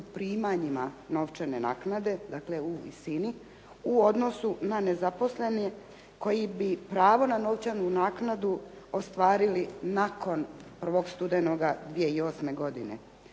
primanjima novčane naknade. Dakle, u visini u odnosu na nezaposlene koji bi pravo na novčanu naknadu ostvarili nakon 1. studenoga 2008. godine